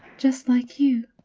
just like you.